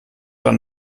dann